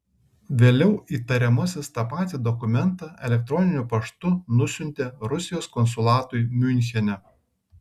vėliau įtariamasis tą patį dokumentą elektroniniu paštu nusiuntė rusijos konsulatui miunchene